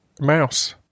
mouse